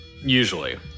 Usually